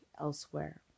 elsewhere